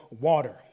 water